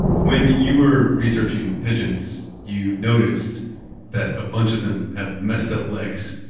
when you were researching pigeons, you noticed that a bunch of them have messed up legs.